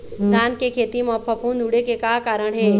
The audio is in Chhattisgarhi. धान के खेती म फफूंद उड़े के का कारण हे?